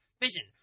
vision